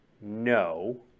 no